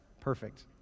Perfect